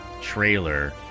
trailer